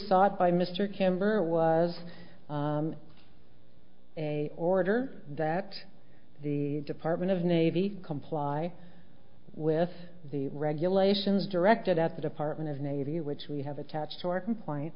sought by mr camber was a order that the department of navy comply with the regulations directed at the department of navy which we have attached to our complaint